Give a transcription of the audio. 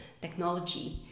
technology